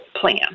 plan